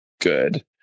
good